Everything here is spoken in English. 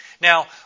Now